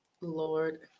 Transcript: Lord